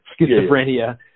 schizophrenia